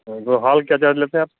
hall का क्या charge लेते हैं आप